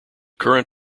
current